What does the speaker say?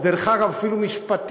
דרך אגב, אפילו משפטית,